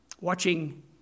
watching